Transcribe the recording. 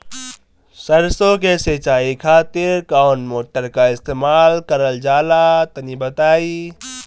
सरसो के सिंचाई खातिर कौन मोटर का इस्तेमाल करल जाला तनि बताई?